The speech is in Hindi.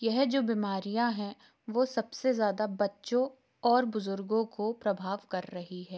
यह जो बीमारियाँ हैं वो सब से ज़्यादा बच्चों और बुज़ुर्गों काे प्रभाव कर रही है